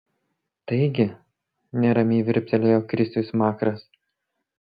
taigi neramiai virptelėjo krisiui smakras